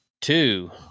two